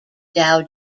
dow